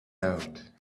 out